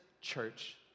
church